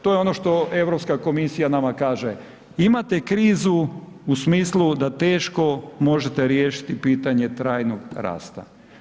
To je ono što Europska komisija nama kaže – imate krizu u smislu da teško možete riješiti pitanje trajnog rasta.